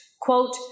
quote